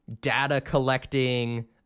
data-collecting